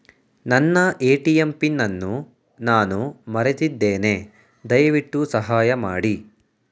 ನನ್ನ ATM pin ಅನ್ನು ನಾನು ಮರೆತಿದ್ದೇನೆ, ದಯವಿಟ್ಟು ಸಹಾಯ ಮಾಡಿ